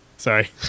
Sorry